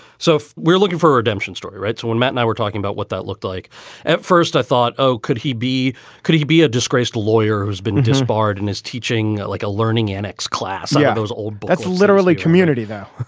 so we're looking for redemption story. right. so when matt and i were talking about what that looked like at first, i thought, oh, could he be could he be a disgraced lawyer who's been disbarred and his teaching like a learning annex class? yeah, those old blatz literally community, though.